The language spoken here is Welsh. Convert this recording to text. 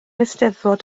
eisteddfod